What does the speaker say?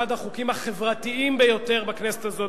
החוקים החברתיים ביותר שעברו בכנסת הזאת,